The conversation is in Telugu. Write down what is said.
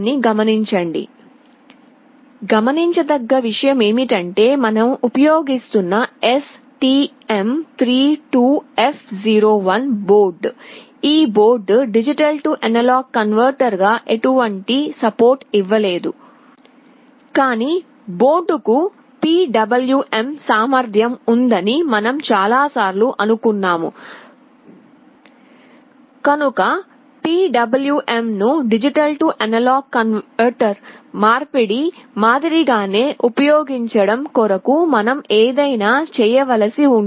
గమనించదగ్గ విషయం ఏమిటంటే మనం ఉపయోగిస్తున్న STM32F01 బోర్డు ఈ బోర్డు D A కన్వర్టర్ గా ఎటువంటి సపోర్ట్ ఇవ్వలేదు కాని బోర్డు కు PWM సామర్ధ్యం ఉందని మనం చాలా సార్లు అనుకున్నాము కనుక PWM ను D A మార్పిడి మాదిరిగానే ఉపయోగించడం కొరకు మనం ఏదైనా చేయవలసి ఉంటుంది